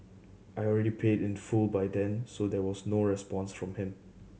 I already paid in full by then so there was no response from him